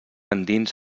endins